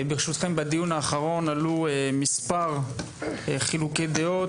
בדיון האחרון עלו מספר חילוקי דעות.